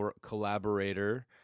collaborator